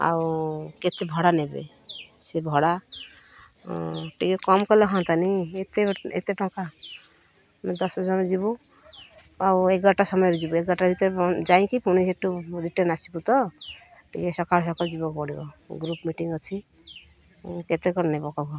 ଆଉ କେତେ ଭଡ଼ା ନେବେ ସେ ଭଡ଼ା ଟିକେ କମ୍ କଲେ ହୁଅନ୍ତାନି ଏତେ ଏତେ ଟଙ୍କା ଆମେ ଦଶ ଜଣ ଯିବୁ ଆଉ ଏଗାରଟା ସମୟରେ ଯିବୁ ଏଗାରଟା ଭିତରେ ଯାଇକି ପୁଣି ସେଠୁ ରିଟର୍ନ ଆସିବୁ ତ ଟିକେ ସକାଳୁ ସକାଳ ଯିବ ପଡ଼ିବ ଗ୍ରୁପ୍ ମିଟିଂ ଅଛି କେତେ କ'ଣ ନେବ କହ